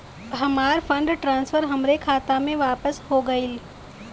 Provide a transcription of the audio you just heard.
हमार fund transfer हमरे खाता मे वापस हो गईल